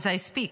as I speak.